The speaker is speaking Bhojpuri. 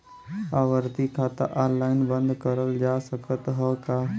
आवर्ती खाता ऑनलाइन बन्द करल जा सकत ह का?